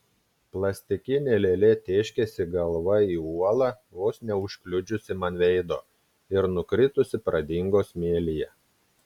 plastikinė lėlė tėškėsi galva į uolą vos neužkliudžiusi man veido ir nukritusi pradingo smėlyje